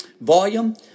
volume